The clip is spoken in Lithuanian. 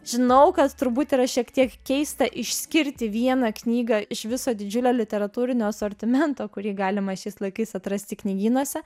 žinau kad turbūt yra šiek tiek keista išskirti vieną knygą iš viso didžiulio literatūrinio asortimento kurį galima šiais laikais atrasti knygynuose